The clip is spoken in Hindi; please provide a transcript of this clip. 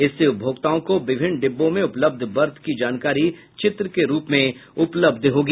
इससे उपभोक्ताओं को विभिन्न डिब्बों में उपलब्ध बर्थ की जानकारी चित्र के रूप में उपलब्ध होगी